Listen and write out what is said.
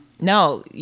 No